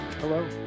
Hello